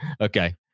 Okay